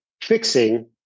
fixing